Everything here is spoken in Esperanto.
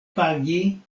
pagi